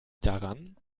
daran